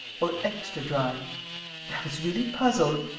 or extra-dry i was really puzzled.